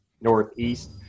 northeast